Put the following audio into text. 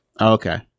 Okay